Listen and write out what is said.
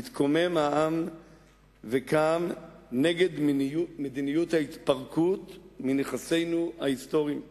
התקומם העם וקם נגד מדיניות ההתפרקות מנכסינו ההיסטוריים היהודיים.